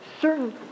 certain